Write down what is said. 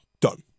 Done